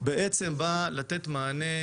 בא לתת מענה